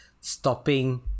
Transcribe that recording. stopping